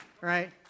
right